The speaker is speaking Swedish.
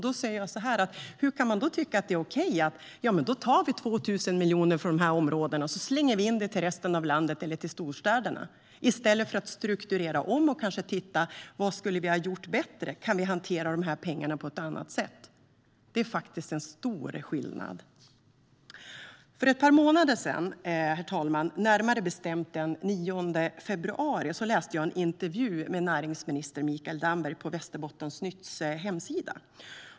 Då säger jag så här: Hur kan man då tycka att det är okej att ta 2 000 miljoner från de här områdena och slänga in dem till resten av landet eller till storstäderna, i stället för att strukturera om och titta på vad man skulle ha kunnat göra bättre och om pengarna hade kunnat hanteras på ett annat sätt? Det är faktiskt en stor skillnad. Herr talman! För ett par månader sedan, närmare bestämt den 9 februari, läste jag en intervju med näringsminister Mikael Damberg på Västerbottensnytts hemsida.